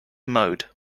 mode